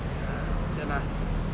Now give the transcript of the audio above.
okay lah